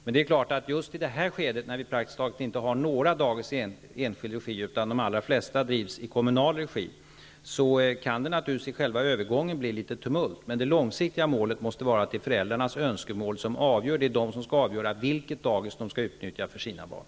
Men i det nuvarande läget då vi praktiskt taget inte har några dagis i enskild regi utan de allra flesta drivs i kommunal regi, kan det naturligtvis i själva övergången bli litet tumult. Men det långsiktiga målet måste vara att det är föräldrarnas önskemål som avgör vilket dagis som de skall utnyttja för sina barn.